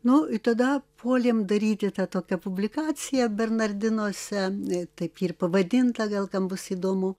nu i tada puolėm daryti tą tokią publikaciją bernardinuose taip ji ir pavadinta gal kam bus įdomu